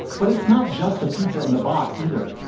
but it's not just the pizza in the box either.